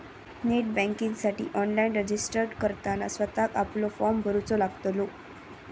net बँकिंगसाठी online registered करताना स्वतःक आपलो फॉर्म भरूचो लागतलो